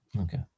Okay